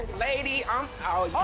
lady, i'm.